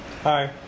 Hi